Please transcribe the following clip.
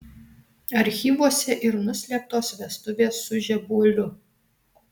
archyvuose ir nuslėptos vestuvės su žebuoliu